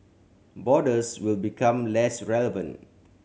borders will become less relevant